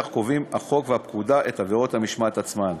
כמו כן קובעים החוק והפקודה את עבירות המשמעת עצמן.